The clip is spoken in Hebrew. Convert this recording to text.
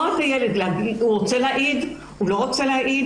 הילד: האם הוא רוצה להעיר או לא רוצה להעיד,